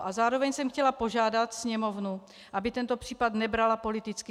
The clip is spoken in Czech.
A zároveň jsem chtěla požádat Sněmovnu, aby tento případ nebrala politicky.